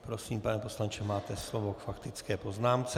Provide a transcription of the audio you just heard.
Prosím, pane poslanče, máte slovo k faktické poznámce.